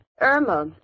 Irma